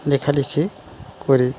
লেখালেখি করে